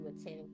attend